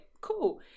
Cool